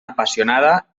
apassionada